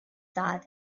that